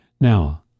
Now